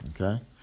okay